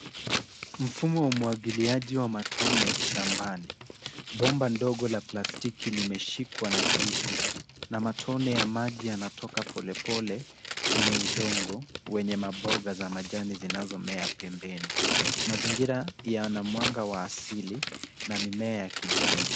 Mfumo wa umwagiliaji wa matone shambani. Bomba ndogo la plastiki limeshikwa na klipu na matone ya maji yanatoka polepole kwenye udongo wenye maboga za majani zinazomea pembeni. Mazingira yana mwanga wa asili na mimea ya kijani.